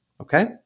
Okay